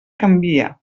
canvia